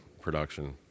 production